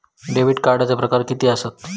Debit कार्डचे प्रकार कीतके आसत?